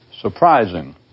surprising